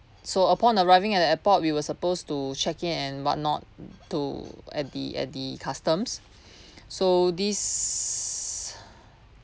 so upon arriving at the airport we were supposed to check in and what not to at the at the customs so this